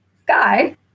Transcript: sky